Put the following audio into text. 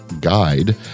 guide